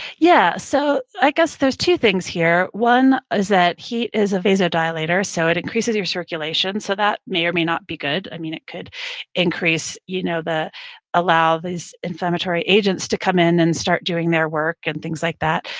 yeah, so i guess there's two things here. one is that heat is a vasodilator, so it increases your circulation, so that may or may not be good. i mean, it could increase you know the, allow these inflammatory agents to come in and start doing their work and things like that,